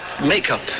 makeup